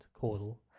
caudal